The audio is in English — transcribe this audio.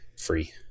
free